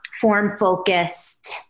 form-focused